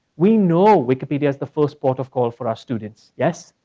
we know wikipedia is the first port of call for our students. yes?